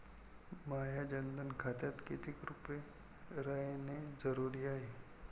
माह्या जनधन खात्यात कितीक रूपे रायने जरुरी हाय?